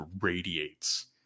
radiates